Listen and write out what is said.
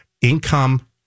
income